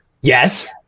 Yes